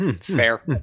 Fair